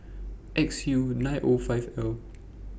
X U nine O five L